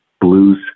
blues